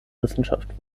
wissenschaft